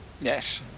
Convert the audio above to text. Yes